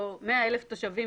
או 100,000 תושבים